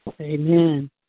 Amen